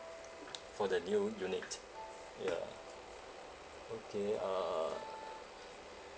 for the new unit ya okay uh